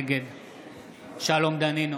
נגד שלום דנינו,